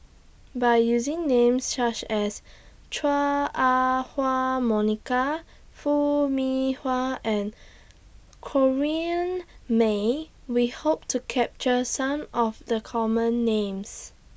By using Names such as Chua Ah Huwa Monica Foo Mee and Corrinne May We Hope to capture Some of The Common Names